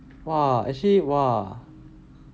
!wah! actually !wah!